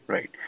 Right